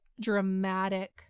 dramatic